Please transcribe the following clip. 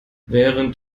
während